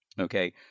Okay